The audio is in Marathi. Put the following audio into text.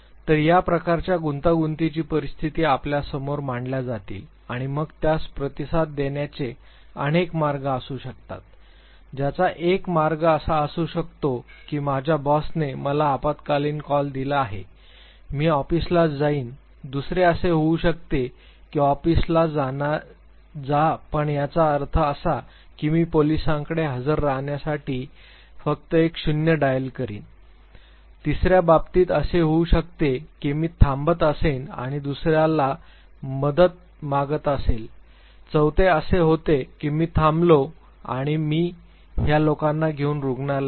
तर या प्रकारच्या गुंतागुंतीच्या परिस्थिती आपल्यासमोर मांडल्या जातील आणि मग त्यास प्रतिसाद देण्याचे अनेक मार्ग असू शकतात ज्याचा एक मार्ग असा असू शकतो की माझ्या बॉसने मला आपत्कालीन कॉल दिला आहे मी ऑफिसला जाईन दुसरे असे होऊ शकते की ऑफिसला जा पण याचा अर्थ असा की मी पोलिसांकडे हजर राहण्यासाठी फक्त एक शून्य डायल करीन तिसऱ्या बाबतीत असे होऊ शकते की मी थांबत असेन आणि दुसर्याला मदत मागितू असे चौथे असे होते की मी थांबलो आणि हे घेईन लोक रुग्णालयात